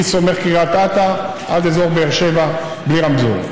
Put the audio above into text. מסומך-קריית אתא עד אזור באר שבע בלי רמזור.